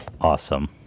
Awesome